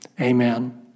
Amen